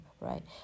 right